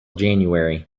january